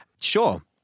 Sure